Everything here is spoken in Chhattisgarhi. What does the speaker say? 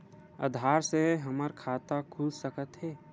आधार से हमर खाता खुल सकत हे?